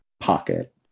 pocket